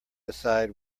decide